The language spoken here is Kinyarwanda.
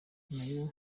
nayo